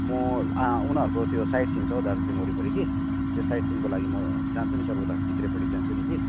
म उनीहरूको त्यो साइट सिन छौ दार्जिलिङ वरिपरि कि त्यो साइट सिनको लागि म जान्छु नि सर उता चित्रेपट्टि जान्छु नि कि